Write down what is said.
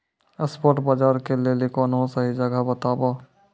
spot बजारो के लेली कोनो सही जगह बताबो